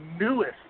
newest